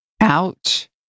Ouch